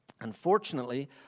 Unfortunately